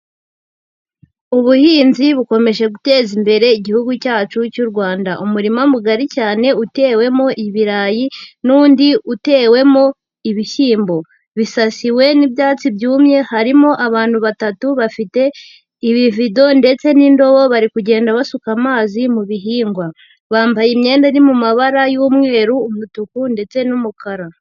Ubuhinzi bukomeje guteza imbere igihugu cyacu cy'u Rwanda, umurima mugari cyane utewemo ibirayi n'undi utewemo ibishyimbo, bisasiwe n'ibyatsi byumye, harimo abantu batatu bafite ibivido ndetse n'indobo bari kugenda basuka amazi mu bihingwa, bambaye imyenda iri mu mabara y'umweru, umutuku ndetse n'umukara.